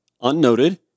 unnoted